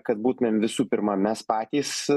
kad būtumėm visų pirma mes patys